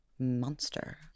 monster